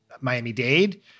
Miami-Dade